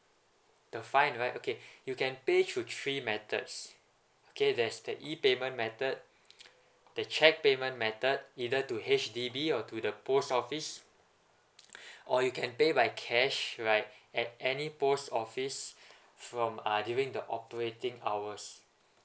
the fine right okay you can pay through three methods okay there's the E payment method the cheque payment method either to H_D_B or to the post office or you can pay by cash right at any post office from uh during the operating hours